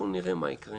נראה מה ייקרה